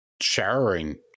showering